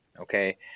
okay